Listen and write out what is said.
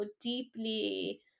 deeply